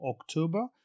October